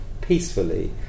peacefully